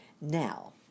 Now